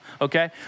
okay